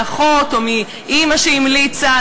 מאחות או מאימא שהמליצה,